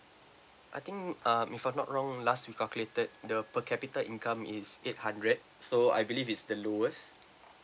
I think um if I'm not wrong last we've calculated the per capita income is eight hundred so I believe is the lowest